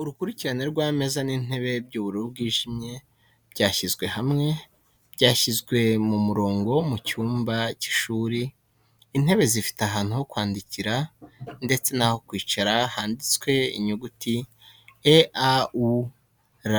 Urukurikirane rw'ameza n'intebe by'ubururu bwijimye byashyizwe hamwe, byashyizwe mu murongo mu cyumba cy'ishuri. Intebe zifite ahantu ho kwandikira ndetse naho kwicara handitseho inyuguti "E.A.U.R"